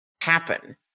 happen